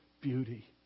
beauty